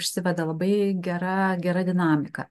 užsiveda labai gera gera dinamika